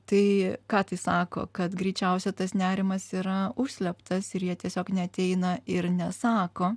tai ką tai sako kad greičiausia tas nerimas yra užslėptas ir jie tiesiog neateina ir nesako